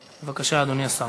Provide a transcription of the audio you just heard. בבקשה, אדוני השר.